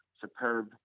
superb